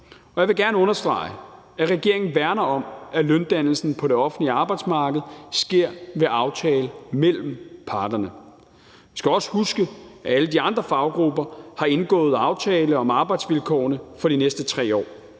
Og jeg vil gerne understrege, at regeringen værner om, at løndannelsen på det offentlige arbejdsmarked sker ved aftale mellem parterne. Vi skal også huske, at alle de andre faggrupper har indgået aftale om arbejdsvilkårene for de næste 3 år